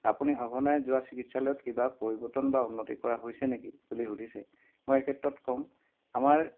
আপুনি সঘনাই যোৱা চিকিৎসালয়ত কিবা পৰিৱৰ্তন বা উন্নতি কৰা হৈছে নেকি বুলি সুধিছে মই এই ক্ষেত্ৰত ক'ম আমাৰ